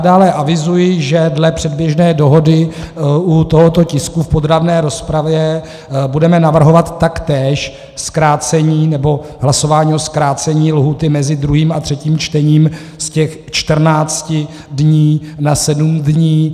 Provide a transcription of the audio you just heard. Dále avizuji, že dle předběžné dohody u tohoto tisku v podrobné rozpravě budeme navrhovat taktéž zkrácení, nebo hlasování o zkrácení lhůty mezi druhým a třetím čtením z těch čtrnácti dní na sedm dní.